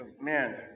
Man